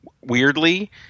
weirdly